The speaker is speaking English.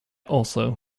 also